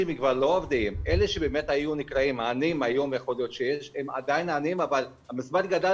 דובר כאן על עניין של הסתות תקציביות